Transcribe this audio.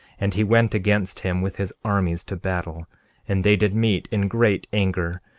and he went against him with his armies to battle and they did meet in great anger,